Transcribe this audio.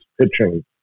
pitching